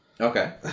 Okay